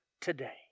today